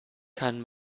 kann